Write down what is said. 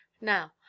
Now